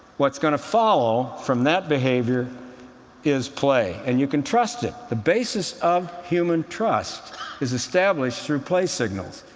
what's going to follow from that behavior is play. and you can trust it. the basis of human trust is established through play signals.